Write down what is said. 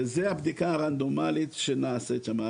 וזו הבדיקה הרנדומלית שנעשית שם.